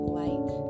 light